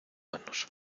manos